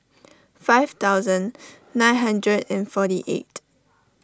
five thousand nine hundred and forty eight